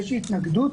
להתנגדות.